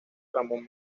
ramón